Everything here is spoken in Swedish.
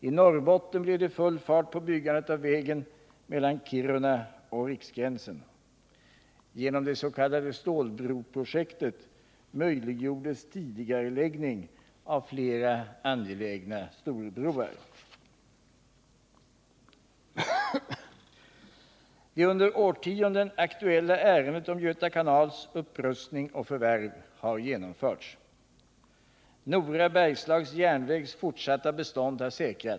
I Norrbotten blev det full fart på byggandet av vägen mellan Kiruna och Riksgränsen. Genom det s.k. stålbroprojektet möjliggjordes tidigareläggning av flera angelägna storbroar. Det under årtionden aktuella ärendet om Göta kanals upprustning och förvärv har genomförts.